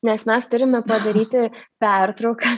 nes mes turime padaryti pertrauką